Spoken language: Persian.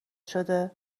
شده